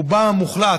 לרובן המוחלט,